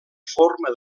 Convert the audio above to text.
forma